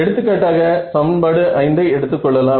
எடுத்துக்காட்டாக சமன்பாடு 5 ஐ எடுத்துக் கொள்ளலாம்